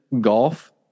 golf